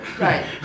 Right